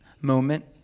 moment